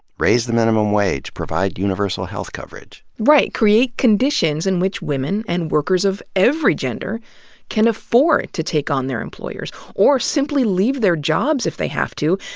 raise the minimum wage, provide universal health coverage, right. create conditions in which women and workers of every gender can afford to take on their employers, or simply leave their jobs if they have to,